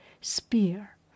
spear